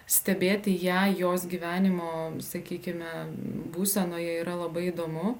stebėti ją jos gyvenimo sakykime būsenoje yra labai įdomu